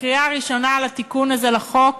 בקריאה ראשונה על התיקון הזה לחוק